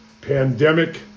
pandemic